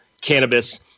cannabis